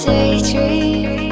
Daydream